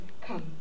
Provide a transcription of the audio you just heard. Come